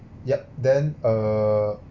yup then uh